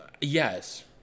yes